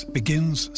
begins